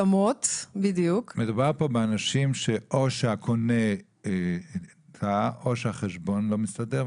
מדובר פה באנשים שאו שהקונה טעה או שהחשבון לא הסתדר,